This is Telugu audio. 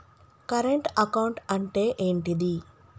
కరెంట్ అకౌంట్ అంటే ఏంటిది?